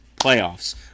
playoffs